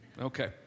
okay